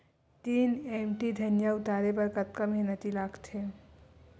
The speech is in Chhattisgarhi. तीन एम.टी धनिया उतारे बर कतका मेहनती लागथे?